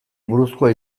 buruzkoa